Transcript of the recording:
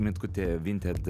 mitkutė vinted